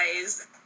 guys